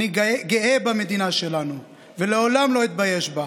אני גאה במדינה שלנו ולעולם לא אתבייש בה,